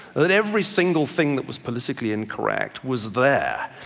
that every single thing that was politically incorrect was there,